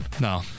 No